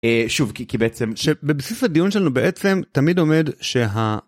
שוב כי בעצם, בבסיס הדיון שלנו בעצם תמיד עומד שה...